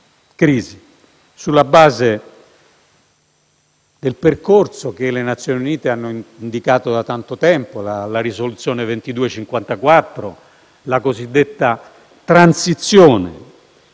crisi, sulla base del percorso che le Nazioni Unite hanno indicato da tanto tempo: la risoluzione n. 2254, la cosiddetta transizione.